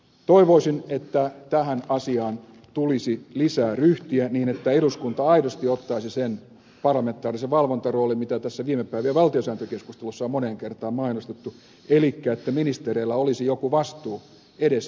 toivoisin että tähän asiaan tulisi lisää ryhtiä niin että eduskunta aidosti ottaisi sen parlamentaarisen valvontaroolin mitä tässä viime päivien valtiosääntökeskustelussa on moneen kertaan mainostettu elikkä että ministereillä olisi joku vastuu edes eduskunnalle